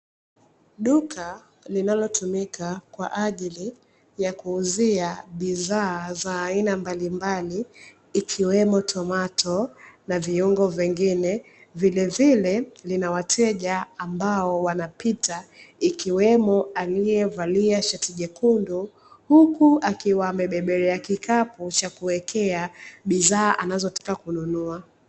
Duka linalotumika kwa ajili ya kuuzia bidhaa za aina mbalimbali, ikiwemo tomato na viungo vingine. Vile vile lina wateja ambao wanapita ikiwemo alievalia shati jekundu, huku akiwa amebebelea kikapu cha kuwekea bidhaa anazotaka kununua.